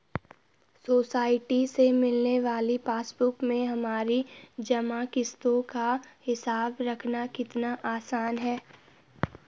society से मिलने वाली पासबुक में हमारी जमा किश्तों का हिसाब रखना कितना आसान है